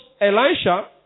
Elisha